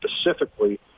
specifically